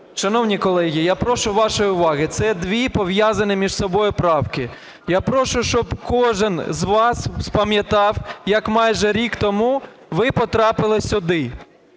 Шановні колеги, я прошу вашої уваги, це дві пов'язані між собою правки. Я прошу, щоб кожен з вас спам'ятав, як майже рік тому ви потрапили сюди.